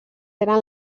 eren